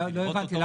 לא הבנתי.